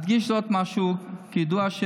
אדגיש עוד משהו: כידוע,